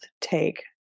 take